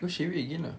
you shave it jer lah